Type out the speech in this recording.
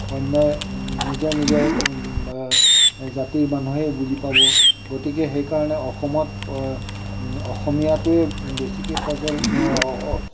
অন্যই নিজৰ নিজৰ জাতিৰ মানুহেই বুজি পাব গতিকে সেইকাৰণে অসমত অসমীয়াটোৱে বেছিকৈ প্ৰচলন